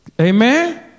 Amen